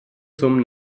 zum